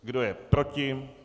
Kdo je proti?